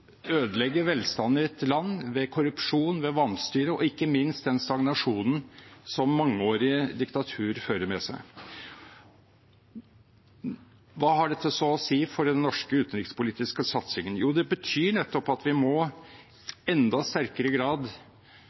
ødelegge velstanden i et land ved korrupsjon, ved vanstyre og ikke minst ved den stagnasjonen som mangeårig diktatur fører med seg. Hva har så dette å si for den norske utenrikspolitiske satsingen? Jo, det betyr nettopp at vi i enda sterkere grad